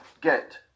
get